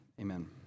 Amen